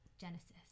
Genesis